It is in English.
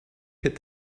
pitt